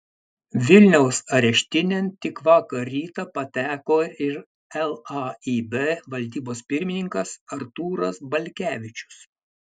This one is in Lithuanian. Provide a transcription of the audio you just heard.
vilniaus areštinėn tik vakar rytą pateko ir laib valdybos pirmininkas artūras balkevičius